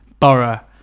Borough